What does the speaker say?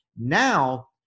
Now